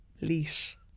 leash